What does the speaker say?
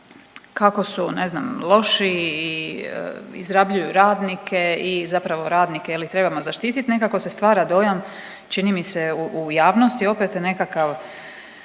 kako su ne znam loši i izrabljuju radnike i zapravo radnike jel ih trebamo zaštitit nekako se stvara dojam čini mi se u javnosti opet nekakav